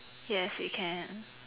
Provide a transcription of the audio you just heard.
yes we can